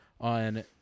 on